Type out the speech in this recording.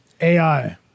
AI